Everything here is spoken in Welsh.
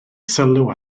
sylw